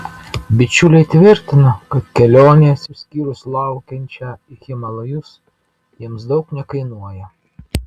bičiuliai tvirtina kad kelionės išskyrus laukiančią į himalajus jiems daug nekainuoja